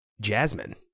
jasmine